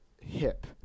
hip